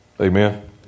Amen